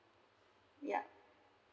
yup